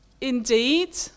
indeed